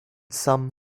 some